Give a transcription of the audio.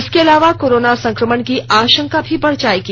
इसके अलावा कोरोना संक्रमण की आशंका भी बढ़ जायेगी